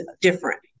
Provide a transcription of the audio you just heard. different